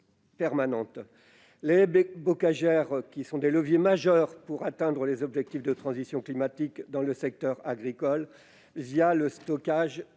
permanentes. Les haies bocagères sont des leviers majeurs pour atteindre les objectifs de transition climatique dans le secteur agricole, le stockage